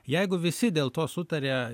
jeigu visi dėl to sutaria